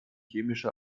chemische